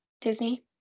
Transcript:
Disney